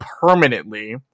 permanently